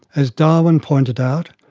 as darwin pointed out,